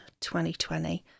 2020